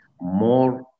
more